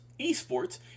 esports